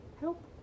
help